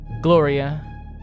Gloria